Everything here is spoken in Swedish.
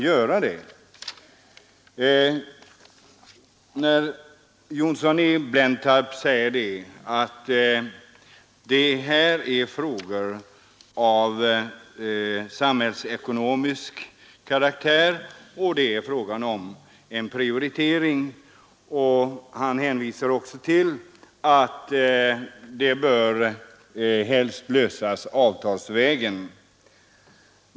Herr Johnsson i Blentarp säger att dessa frågor har samhällsekonomisk karaktär och att det är fråga om en prioritering. Han hänvisar också till att de helst bör lösas avtalsvägen.